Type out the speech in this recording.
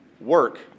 work